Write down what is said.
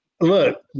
look